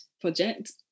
project